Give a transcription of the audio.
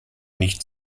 nicht